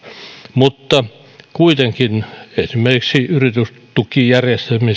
mutta kuitenkin esimerkiksi yritystukijärjestelmiä